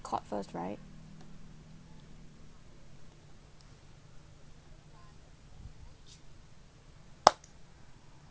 court first right